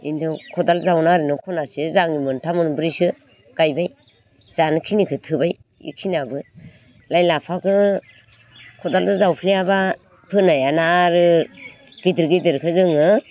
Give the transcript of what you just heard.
बेनि सायाव खदाल जावना ओरैनो खनासे जाल मोनथाम मोनब्रैसो गायबाय जानो खिनिखौ थोबाय बेखिनियाबो लाइ लाफाखौ खदालजों जावफ्लेयाबा फोनो हायाना आरो गिदिर गिदिरखौ जोङो